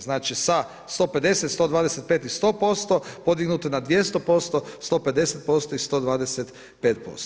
Znači sa 150, 125 i 100% podignuto je na 200%, 150% i 125%